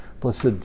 blessed